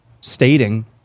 stating